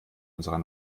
unserer